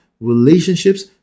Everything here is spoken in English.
relationships